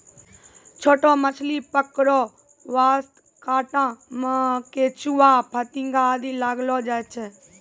छोटो मछली पकड़ै वास्तॅ कांटा मॅ केंचुआ, फतिंगा आदि लगैलो जाय छै